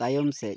ᱛᱟᱭᱚᱢ ᱥᱮᱫ